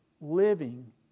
living